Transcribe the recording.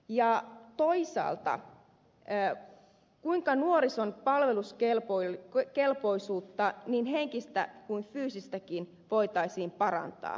ja toisaalta kuinka nuorison palveluskelpoisuutta niin henkistä kuin fyysistäkin voitaisiin parantaa